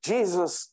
Jesus